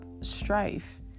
strife